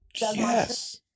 Yes